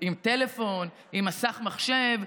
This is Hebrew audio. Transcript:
עם טלפון, עם מסך מחשב,